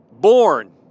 born